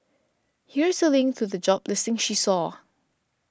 here's a link to the job listing she saw